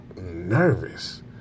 nervous